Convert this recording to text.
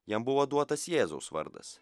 jam buvo duotas jėzaus vardas